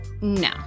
No